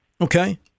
Okay